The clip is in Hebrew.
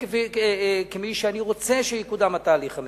כמי שרוצה שיקודם התהליך המדיני,